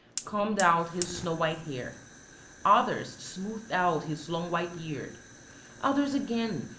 combed out his snow-white hair others smoothed out his long white beard others, again,